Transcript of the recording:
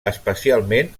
especialment